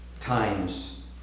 times